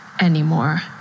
anymore